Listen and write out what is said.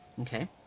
Okay